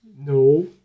No